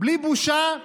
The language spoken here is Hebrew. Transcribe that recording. בלי בושה.